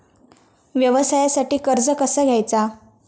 व्यवसायासाठी कर्ज कसा घ्यायचा?